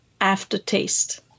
aftertaste